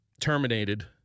terminated